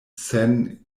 sen